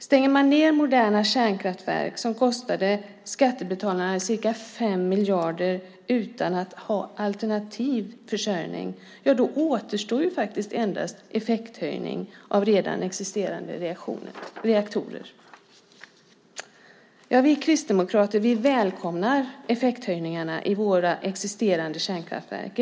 Stänger man moderna kärnkraftverk, som kostade skattebetalarna ca 5 miljarder, utan att ha alternativ försörjning återstår endast effekthöjning av redan existerande reaktorer. Vi kristdemokrater välkomnar effekthöjningarna i våra existerande kärnkraftverk.